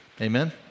Amen